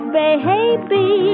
baby